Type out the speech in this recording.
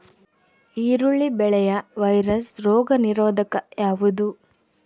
ಈರುಳ್ಳಿ ಬೆಳೆಯ ವೈರಸ್ ರೋಗ ನಿರೋಧಕ ಯಾವುದು?